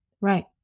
right